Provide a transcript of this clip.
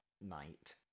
night